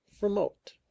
Remote